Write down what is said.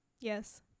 Yes